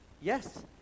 Yes